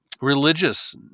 Religious